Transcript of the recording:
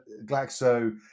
Glaxo